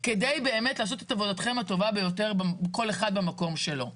כדי לעשות את עבודתכם הטובה ביותר כל אחד במקום שלו?